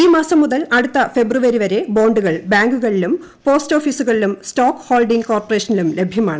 ഈ മാസം മുതൽ അടുത്ത ഫെബ്രുരി വരെ ബോണ്ടുകൾ ബാങ്കുകളിലും പോസ്റ്റോഫീസുകളിലും സ്റ്റോക്ക് ഹോൾഡിംഗ് കോർപ്പറേഷനിലും ലഭ്യമാണ്